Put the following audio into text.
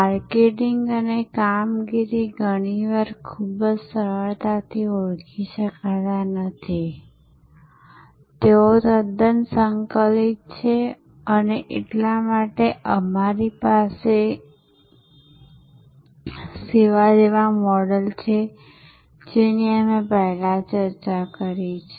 marketing અને કામગીરી ઘણીવાર ખૂબ જ સરળતાથી ઓળખી શકાતા નથી તેઓ તદ્દન સંકલિત છે અને તે એટલા માટે અમારી પાસે સેવા જેવા મોડલ છે જેની અમે પહેલા ચર્ચા કરી છે